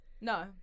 No